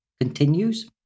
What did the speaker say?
continues